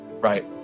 right